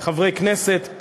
חברי כנסת,